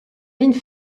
lignes